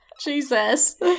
Jesus